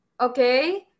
Okay